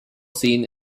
seen